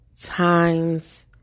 Times